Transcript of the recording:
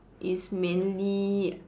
is mainly